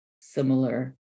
similar